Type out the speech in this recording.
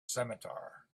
scimitar